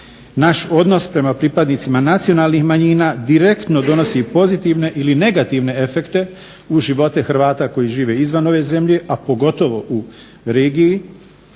Naš odnos prema pripadnicima nacionalnih manjina direktno donosi pozitivne ili negativne efekte u živote Hrvata koji žive izvan ove zemlje, a pogotovo u regiji